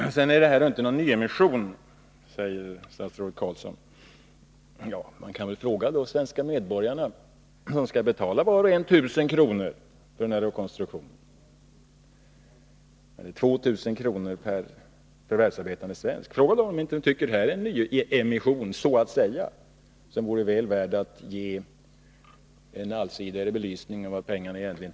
Statsrådet Carlsson säger att det inte är fråga om någon nyemission. Men man kan väl fråga de svenska medborgarna vad de tycker. Var och en skall ju vara med och betala rekonstruktionen. Det blir 2 000 kr. per förvärvsarbetande svensk. Fråga dem om inte de anser att det här är så att säga en nyemission, som vore väl värd en allsidigare belysning av vart pengarna tar vägen.